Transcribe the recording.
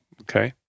okay